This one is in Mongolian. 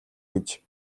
гэж